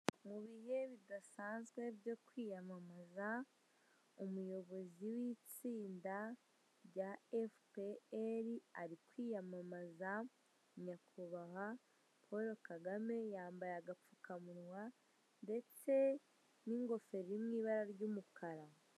Mu bihe bidasanzwe byo kwiyamamaza umuyobozi w'itsinda rya Efuperi ari kwiyamamaza nyakubahwa Paul kagame yambaye agapfukamunwa ndetse n'ingofero iri mu ibara ry'umukara.